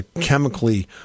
chemically